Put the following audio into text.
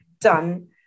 done